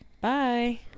bye